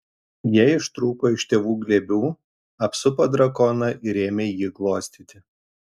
jie ištrūko iš tėvų glėbių apsupo drakoną ir ėmė jį glostyti